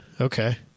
Okay